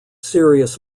serious